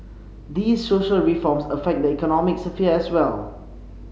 these social reforms affect the economic sphere as well